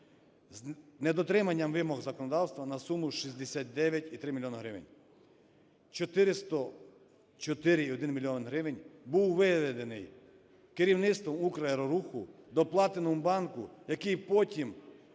з недотриманням вимог законодавства на суму 69,3 мільйона гривень, 4,1 мільйона гривень був виведений керівництвом "Украероруху" до "Платинум Банку", який потім